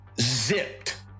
zipped